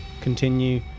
continue